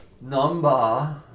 Number